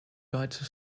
deutsche